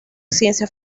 ciencia